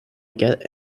get